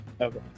Okay